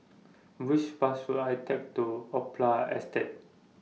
Which Bus should I Take to Opera Estate